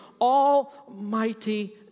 Almighty